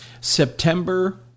September